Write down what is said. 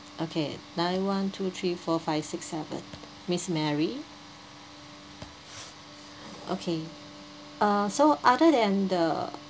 okay nine one two three four five six seven miss mary okay uh so other than the